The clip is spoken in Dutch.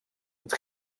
met